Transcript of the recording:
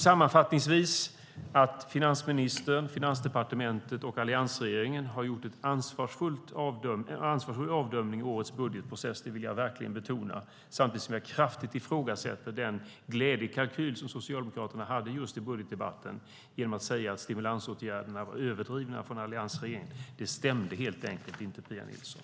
Sammanfattningsvis: Att finansministern, Finansdepartementet och alliansregeringen har gjort en ansvarsfull avdömning i årets budgetprocess vill jag verkligen betona, samtidigt som jag kraftigt ifrågasätter den glädjekalkyl som Socialdemokraterna hade just i budgetdebatten genom att de sade att stimulansåtgärderna från alliansregeringen var överdrivna. Det stämde helt enkelt inte, Pia Nilsson.